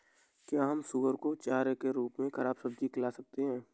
क्या हम सुअर को चारे के रूप में ख़राब सब्जियां खिला सकते हैं?